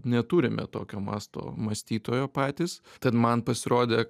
neturime tokio masto mąstytojo patys tad man pasirodė